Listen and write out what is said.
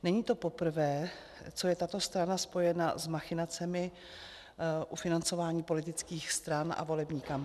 Není to poprvé, co je tato strana spojena s machinacemi u financování politických stran a volební kampaní.